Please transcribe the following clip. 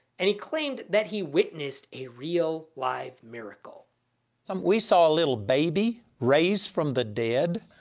and he claimed that he witnessed a real live miracle so we saw a little baby raised from the dead.